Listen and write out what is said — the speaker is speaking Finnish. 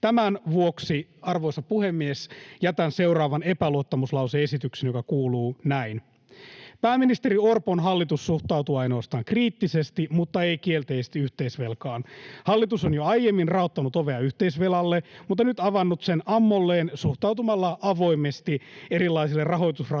Tämän vuoksi, arvoisa puhemies, jätän seuraavan epäluottamuslause-esityksen, joka kuuluu näin: Pääministeri Orpon hallitus suhtautuu ainoastaan kriittisesti mutta ei kielteisesti yhteisvelkaan. Hallitus on jo aiemmin raottanut ovea yhteisvelalle mutta nyt avannut sen ammolleen suhtautumalla avoimesti erilaisille rahoitusratkaisuille